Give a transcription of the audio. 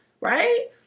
right